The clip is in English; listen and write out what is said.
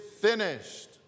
finished